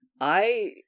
I-